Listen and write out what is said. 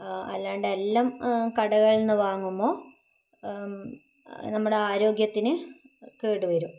അല്ലാണ്ട് എല്ലാം കടകളിൽ നിന്ന് വാങ്ങുമ്പോൾ നമ്മുടെ ആരോഗ്യത്തിന് കേട് വരും